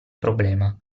problema